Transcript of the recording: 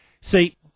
See